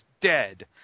dead